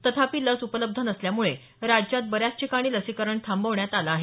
तथापि लस उपलब्ध नसल्यामुळे राज्यात बऱ्याच ठिकाणी लसीकरण थांबवण्यात आलं आहे